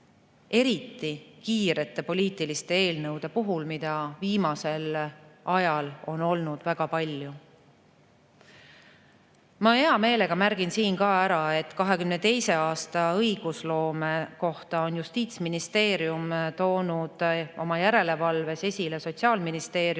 eriti kiirete poliitiliste eelnõude puhul, mida viimasel ajal on olnud väga palju. Ma hea meelega märgin siin ka ära, et 2022. aasta õigusloome kohta on Justiitsministeerium toonud oma järelevalves esile Sotsiaalministeeriumi